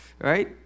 right